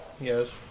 Yes